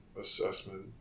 assessment